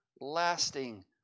Lasting